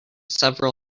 several